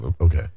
okay